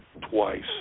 twice